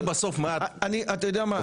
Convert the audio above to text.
אתה יודע מה?